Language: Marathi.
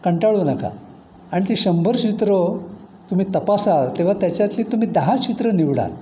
कंटाळू नका आणि ती शंभर चित्रं तुम्ही तपासाल तेव्हा त्याच्यातली तुम्ही दहा चित्रं निवडाल